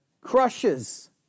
crushes